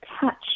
touch